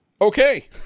Okay